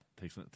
takes